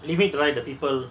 limit right the people